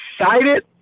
excited